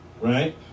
Right